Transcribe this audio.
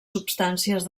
substàncies